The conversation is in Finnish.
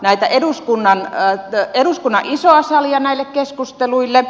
pitäisikö avata eduskunnan isoa salia näille keskusteluille